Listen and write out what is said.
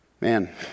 Man